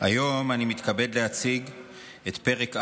היום אני מתכבד להציג את פרק א'